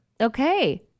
Okay